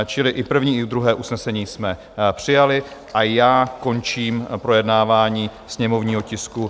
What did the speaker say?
Čili první i druhé usnesení jsme přijali a já končím projednávání sněmovního tisku 339.